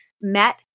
met